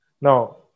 Now